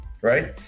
right